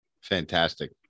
Fantastic